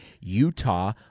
Utah